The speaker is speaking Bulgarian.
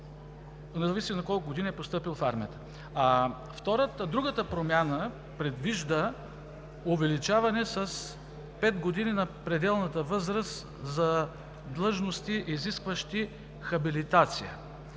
а зависи на колко години е постъпил в армията. Другата промяна предвижда увеличаване с пет години на пределната възраст за длъжности, изискващи хабилитация